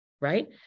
right